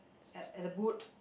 at at the boot